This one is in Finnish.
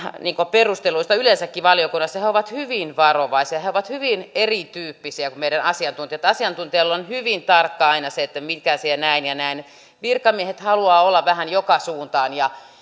perusteluista yleensäkin valiokunnassa he ovat hyvin varovaisia he ovat hyvin erityyppisiä kuin meidän asiantuntijat asiantuntijoilla on hyvin tarkkaa aina se että miten se ja näin ja näin virkamiehet haluavat olla vähän joka suuntaan ja